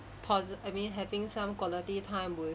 pause I mean having some quality time with